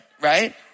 right